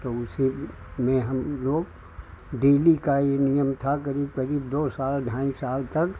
तो उसी में हम लोग डेली का यह नियम था करीब करीब दो साल ढाई साल तक